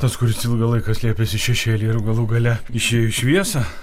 tas kuris ilgą laiką slėpėsi šešėlyje ir galų gale išėjo į šviesą